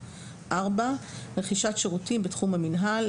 (4) רכישת שירותים בתחום המינהל,